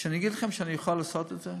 להגיד לכם שאני יכול לעשות את זה?